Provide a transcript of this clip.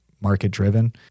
market-driven